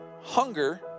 hunger